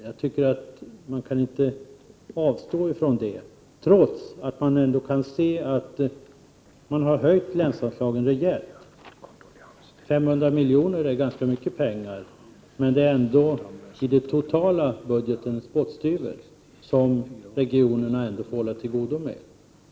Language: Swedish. Jag tycker att vi inte kan avstå från det, trots att länsanslagen höjts rejält. 500 miljoner är ganska mycket pengar, men i den totala budgeten är det en spottstyver som regionerna ändå får hålla till godo med.